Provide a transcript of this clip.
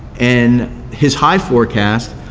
and his high forecast,